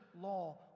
law